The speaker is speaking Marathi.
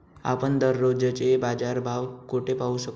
आपण दररोजचे बाजारभाव कोठे पाहू शकतो?